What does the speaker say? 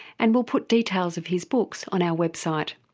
and we'll put details of his books on our website.